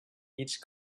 each